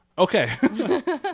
Okay